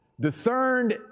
Discerned